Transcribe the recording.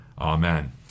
Amen